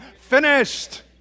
finished